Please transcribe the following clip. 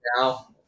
now